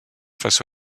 face